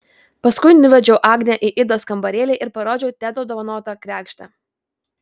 paskui nuvedžiau agnę į idos kambarėlį ir parodžiau tedo dovanotą kregždę